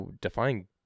define